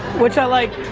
which i like.